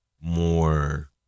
more